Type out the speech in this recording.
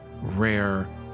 rare